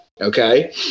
Okay